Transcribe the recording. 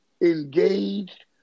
engaged